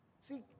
See